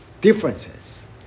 differences